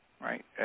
right